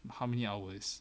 how many hours